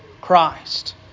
Christ